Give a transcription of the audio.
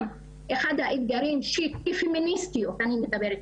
אחד האתגרים שכפמיניסטיות אני מדברת,